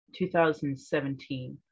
2017